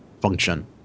function